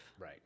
Right